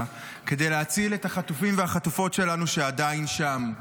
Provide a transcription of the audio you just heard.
כדי להציל את החטופים והחטופות שלנו שעדיין שם.